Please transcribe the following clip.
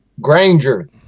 granger